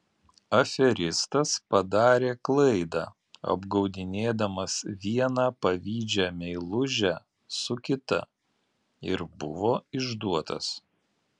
aferistas padarė klaidą apgaudinėdamas vieną pavydžią meilužę su kita ir buvo išduotas